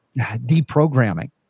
deprogramming